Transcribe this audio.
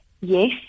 Yes